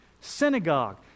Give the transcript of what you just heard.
synagogue